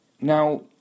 Now